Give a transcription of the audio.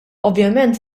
ovvjament